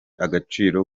agaciro